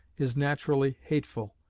is naturally hateful,